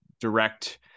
direct